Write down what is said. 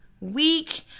week